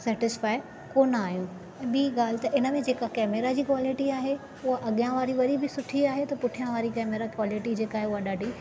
satisfy कोन आहियूं ऐं ॿिई ॻाल्हि त इन में जेका कैमरा जी क्वालिटी आहे उहा अॻियां वारी वरी बि सुठी आहे त पुठियां वारी कैमरा क्वालिटी जेका आहे उहा ॾाढी